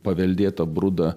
paveldėtą brudą